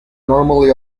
normally